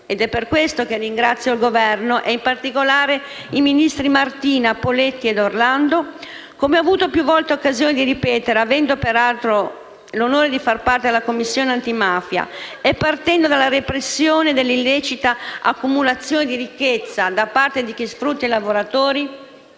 e per questo impegno ringrazio il Governo e in particolare i ministri Martina, Poletti ed Orlando. Come ho avuto più volte occasione di ripetere, avendo peraltro l'onore di fare parte della Commissione antimafia, bisogna partire dalla repressione dell'illecita accumulazione di ricchezza da parte di chi sfrutta i lavoratori,